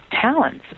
talents